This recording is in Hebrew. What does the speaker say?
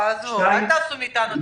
עזוב, אל תעשו מאתנו דבילים.